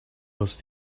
was